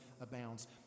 abounds